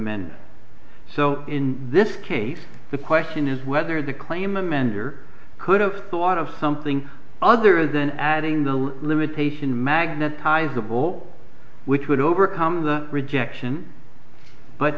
ment so in this case the question is whether the claim amend or could have thought of something other than adding the limitation magnetize the ball which would overcome the rejection but